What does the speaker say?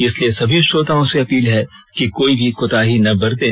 इसलिए सभी श्रोताओं से अपील है कि कोई भी कोताही ना बरतें